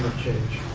change.